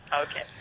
Okay